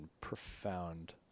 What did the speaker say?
profound